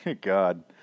God